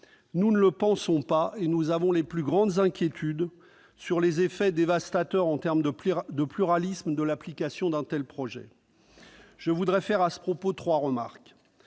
Nous ne le pensons pas, et nous avons les plus grandes inquiétudes sur les effets dévastateurs en termes de pluralisme de l'application d'un tel projet. Je voudrais formuler à ce propos trois grandes